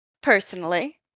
personally